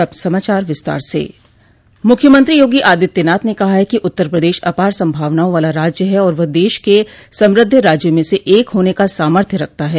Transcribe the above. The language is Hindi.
अब समाचार विस्तार से मुख्यमंत्री योगी आदित्यनाथ ने कहा है कि उत्तर प्रदेश अपार संभावनाओं वाला राज्य है और वह देश के समृद्ध राज्यों में से एक होने का सामर्थ्य रखता है